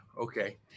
okay